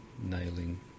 nailing